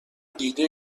دیده